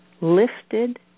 lifted